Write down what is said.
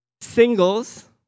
singles